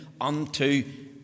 Unto